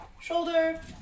shoulder